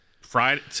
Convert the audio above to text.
Friday